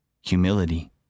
humility